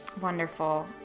Wonderful